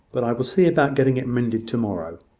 but i will see about getting it mended to-morrow.